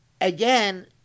Again